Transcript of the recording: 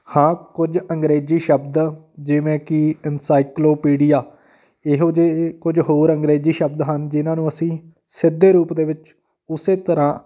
ਹਾਂ ਕੁਝ ਅੰਗਰੇਜ਼ੀ ਸ਼ਬਦ ਜਿਵੇਂ ਕਿ ਇਨਸਾਈਕਲੋਪੀਡੀਆ ਇਹੋ ਜਿਹੇ ਕੁਝ ਹੋਰ ਅੰਗਰੇਜ਼ੀ ਸ਼ਬਦ ਹਨ ਜਿਨ੍ਹਾਂ ਨੂੰ ਅਸੀਂ ਸਿੱਧੇ ਰੂਪ ਦੇ ਵਿੱਚ ਉਸੇ ਤਰ੍ਹਾਂ